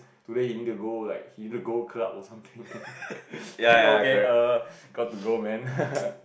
today he need to go like he need to go club or something then okay err got to go man